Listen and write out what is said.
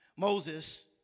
Moses